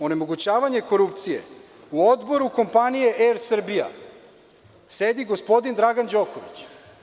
Onemogućavanje korupcije u Odboru kompanije „AIR Srbija“ sedi gospodin Dragan Đoković.